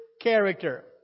character